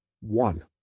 one